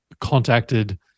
contacted